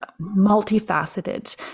multifaceted